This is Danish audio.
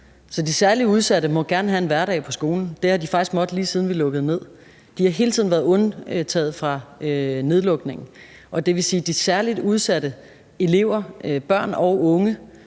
de særligt udsatte må gerne have en hverdag på skolen; det har de faktisk måttet, lige siden vi lukkede ned. De har hele tiden været undtaget fra nedlukningen. Det vil sige, at det var det samme for de særligt udsatte elever, børn og unge,